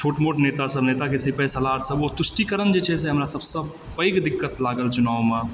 छोट मोट नेता सब नेताके सीपेहसलार सब ओ तुष्टिकरण जे छै से हमरा सबसँ पैघ दिक्कत लागल चुनावमे